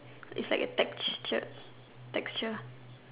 is like a texture texture